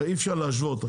אי אפשר להשוות.